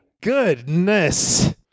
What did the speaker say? Goodness